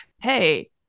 hey